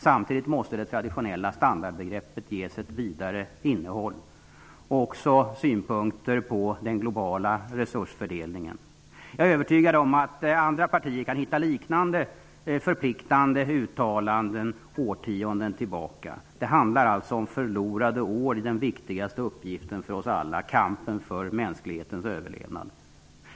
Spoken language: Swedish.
Samtidigt måste det traditionella standardbegreppet ges ett vidare innehåll.'' Här framfördes också synpunkter på den globala resursfördelningen. Jag är övertygad om att andra partier kan hitta liknande förpliktande uttalanden årtionden tillbaka. Det handlar alltså om förlorade år i den viktigaste uppgiften för oss alla, kampen för mänsklighetens överlevnad.